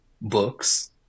books